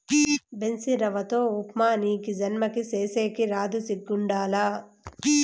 బన్సీరవ్వతో ఉప్మా నీకీ జన్మకి సేసేకి రాదు సిగ్గుండాల